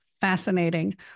fascinating